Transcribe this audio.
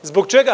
Zbog čega?